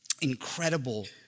Incredible